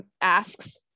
asks